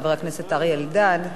חבר הכנסת אריה אלדד,